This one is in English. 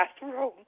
bathroom